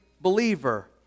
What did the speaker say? believer